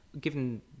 given